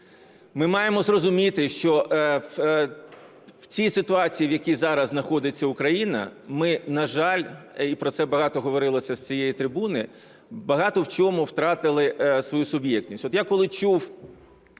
Ми маємо зрозуміти, що в цій ситуації, в якій зараз знаходиться Україна, ми, на жаль, і про це багато говорилося з цієї трибуни, багато в чому втратили свою суб'єктність.